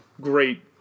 great